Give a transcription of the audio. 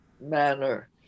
manner